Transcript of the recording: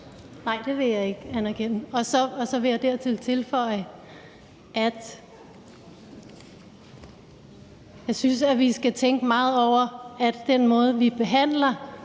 Nej, det vil jeg ikke anerkende. Og så vil jeg dertil tilføje, at jeg synes, at vi skal tænke meget over, at den måde, vi behandler